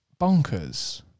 bonkers